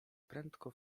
prędko